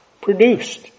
produced